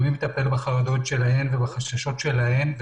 ומי מטפל בחרדות שלהם ובחששות שלהם,